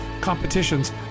competitions